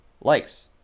likes